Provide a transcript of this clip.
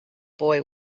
boy